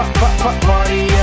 party